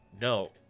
no